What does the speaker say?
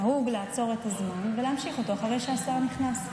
נהוג לעצור את הזמן ולהמשיך אותו אחרי שהשר נכנס.